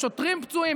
ושוטרים פצועים,